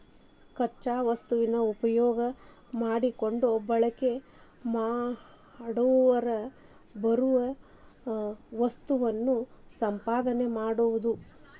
ಕಚ್ಚಾ ವಸ್ತುನ ಉಪಯೋಗಾ ಮಾಡಕೊಂಡ ಬಳಕೆ ಮಾಡಾಕ ಬರು ವಸ್ತುನ ಉತ್ಪಾದನೆ ಮಾಡುದು